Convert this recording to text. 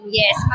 yes